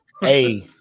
hey